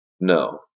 no